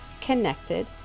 connected